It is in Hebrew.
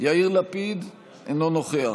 יאיר לפיד, אינו נוכח